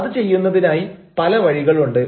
അത് ചെയ്യുന്നതിനായി പല വഴികളുണ്ട്